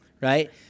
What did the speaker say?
Right